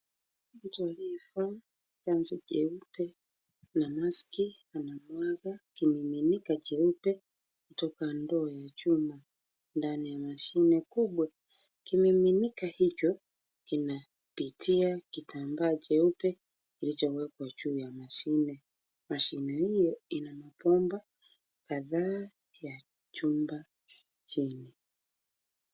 Mtu aliyevaa kanzu jeupe na maski anamwaga kimiminika jeupe kutoka ndoo ya chuma. Ndani ya mashine kubwa kimiminika hicho kinapitia kitambaa jeupe kilichowekwa juu ya mashine. Mashine hiyo ina mabomba kadhaa ya chumba chenye --